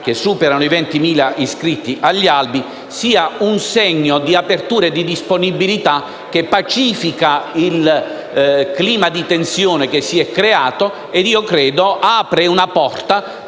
che superano i 20.000 iscritti agli albi sia un segno di apertura e disponibilità che pacifica il clima di tensione che si è creato. Inoltre, credo apra una porta